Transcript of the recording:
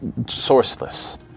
sourceless